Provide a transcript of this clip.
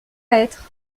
être